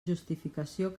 justificació